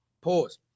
Pause